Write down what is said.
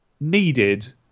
needed